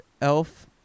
Elf